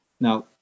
Now